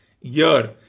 year